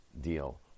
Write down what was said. deal